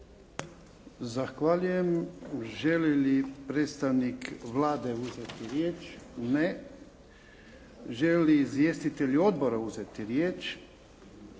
Zahvaljujem. Želi li predstavnik Vlade uzeti riječ? Ne. Žele li izvjestitelji odbora uzeti riječ?